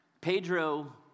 Pedro